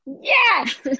yes